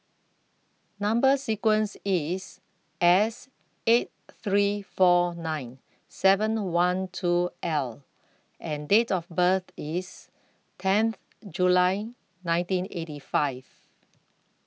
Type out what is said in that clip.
Number sequence IS S eight three four nine seven one two L and Date of birth IS tenth July nineteen eighty five